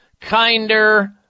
Kinder